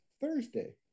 thursday